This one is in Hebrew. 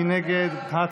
מי נגד?